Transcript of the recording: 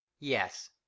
yes